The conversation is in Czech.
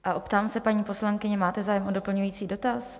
A optám se paní poslankyně, máte zájem o doplňující dotaz?